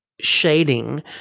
shading